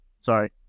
Sorry